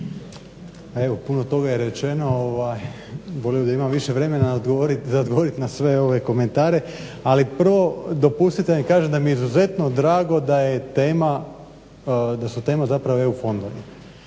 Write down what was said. evo puno toga je rečeno, volio bih da imam više vremena odgovoriti na sve ove komentare. Ali prvo dopustite mi da kažem da mi je izuzetno drago da su tema EU fondovi.